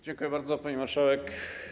Dziękuję bardzo, pani marszałek.